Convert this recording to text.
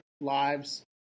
lives